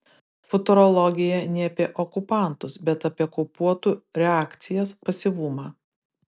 futurologija ne apie okupantus bet apie okupuotų reakcijas pasyvumą